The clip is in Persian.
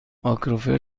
مایکروفر